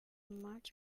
much